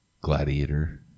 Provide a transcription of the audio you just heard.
Gladiator